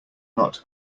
not